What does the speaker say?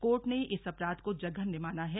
court ने इस अपराध को जघन्य माना है